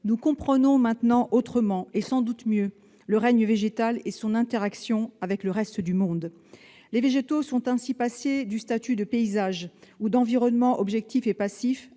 Nous comprenons maintenant autrement, et sans doute mieux qu'auparavant, le règne végétal et son interaction avec le reste du monde. Les végétaux sont ainsi passés du statut de paysage ou d'environnement, objectif et passif,